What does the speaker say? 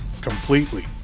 completely